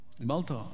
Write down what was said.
Malta